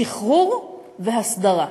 שחרור והסדרה.